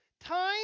time